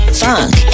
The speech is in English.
funk